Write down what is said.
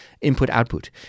input-output